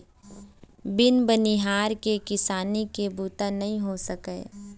बिन बनिहार के किसानी के बूता नइ हो सकय